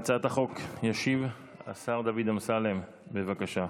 על הצעת החוק ישיב השר דוד אמסלם, בבקשה.